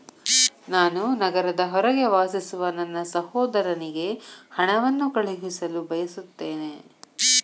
ನಾನು ನಗರದ ಹೊರಗೆ ವಾಸಿಸುವ ನನ್ನ ಸಹೋದರನಿಗೆ ಹಣವನ್ನು ಕಳುಹಿಸಲು ಬಯಸುತ್ತೇನೆ